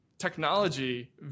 technology